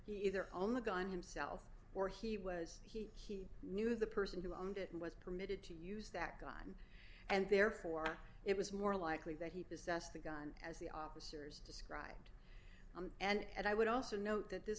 either own the gun himself or he was he he knew the person who owned it and was permitted to use that gun and therefore it was more likely that he possessed the gun as the officers described and i would also note that this